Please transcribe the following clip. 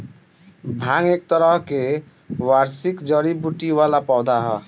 भांग एक तरह के वार्षिक जड़ी बूटी वाला पौधा ह